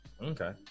Okay